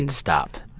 and stop.